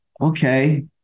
okay